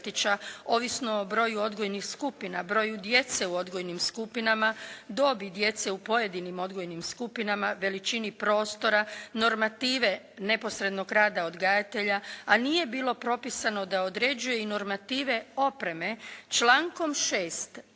ovisno o broju odgojnih skupina, broju djece u odgojnim skupinama, dobi djece u pojedinim odgojnim skupinama, veličini prostora, normative neposrednog rada odgajatelja, a nije bilo propisano da određuje i normative opreme člankom 6.